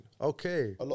Okay